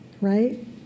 Right